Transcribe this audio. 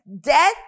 death